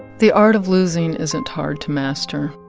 the art of losing isn't hard to master.